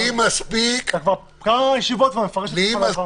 אתה כבר כמה ישיבות מפרש את כחול לבן.